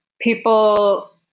people